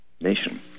nation